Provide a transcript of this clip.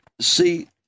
See